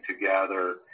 together